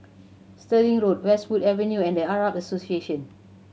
Stirling Road Westwood Avenue and The Arab Association